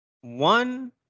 one